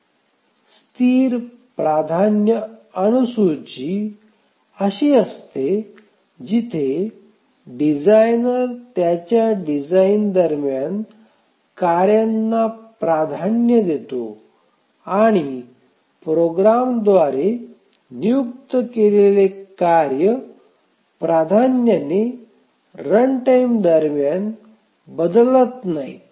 स्थिर प्राधान्य अनुसूची अशी असते जिथे डिझाइनर त्याच्या डिझाइन दरम्यान कार्यांना प्राधान्य देतो आणि प्रोग्रामरद्वारे नियुक्त केलेल्या कार्य प्राधान्याने रनटाइम दरम्यान बदलत नाहीत